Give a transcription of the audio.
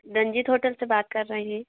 Ranjit hotel से बात कर रहीं